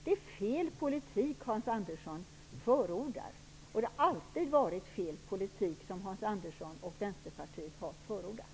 Det är fel politik Hans Andersson förordar. Det har alltid varit fel politik som Hans Andersson och Vänsterpartiet har förordat.